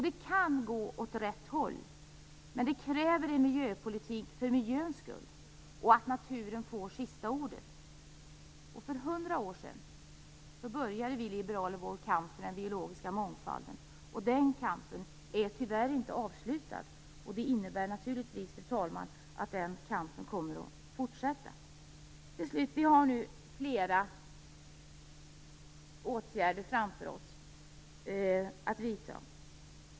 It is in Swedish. Det kan gå åt rätt håll, men då krävs det en miljöpolitik för miljöns skull och att naturen får sista ordet. För hundra år sedan började, som sagt, vi liberaler vår kamp för den biologiska mångfalden. Tyvärr är den kampen inte avslutad. Det innebär naturligtvis, fru talman, att den kommer att fortsätta. Vi har flera åtgärder framför oss som skall vidtas.